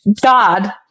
God